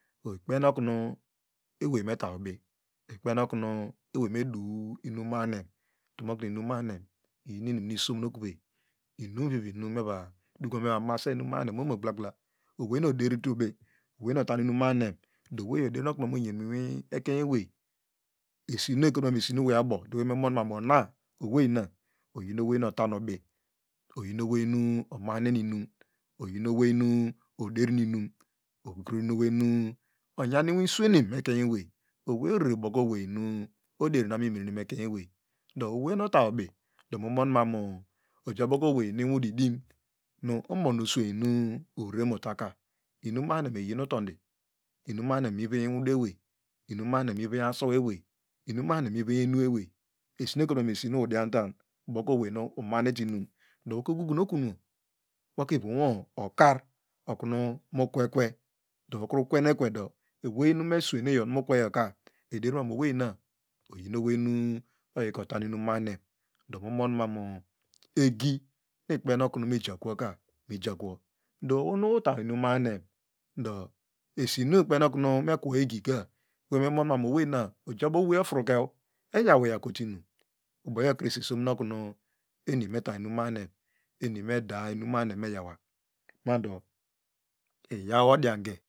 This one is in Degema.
Ikponokun eway me ta ubi ikpeneokun eway medu inumahine utonoknu inenahine iyi nu inum nu isomnkway inimrivi mi meduko va mase inumahine ono gblagbla owey no odenitu ubi owenu otan inum mahinen do oweyo oderin oknu ovo me nyan nu ekeny eway esinokotumanu esinoweyabo eweymonmon ona ovayna oyin avenu otan ubi oyino nenu omahinen inum oyi oweynu oderinum onahinen inam oyioweynu oderinum okru oyi oweny nu onyam inwiswenem ekery eway orereboko werynu odeni imabo mimmene mi ekemeney do owey nu ota ubi domo mamul ojabota way nu unwudu idim nu omonusuen nu oreremotaka irumahine iyinutondi inumnohine mivenye iruwudu ewey inumnohine mi venye enu ewey esinekotuman esinu udiantan boku ovenu inumahine bebinum dowoka egugun okunumo woka ivomwo okar okuru mokwekwe do ukrukwenukwedo ewerm meswenuye iyo mu kweyo ka ederinam oweyna oyinawey nu oyika otan inum mahine do mumanmanwa egi ikpeno kumu migakwoka mijakwo do ohonu uta inumnohine ndo esinu ekpenokunu mekuw egika ohio emonan owena ojabo owey ofruke eyawo eyakotuinun buyokrese isomnu oknu emimetaninmahine enmedanumahne mayana mando iyaw oohanke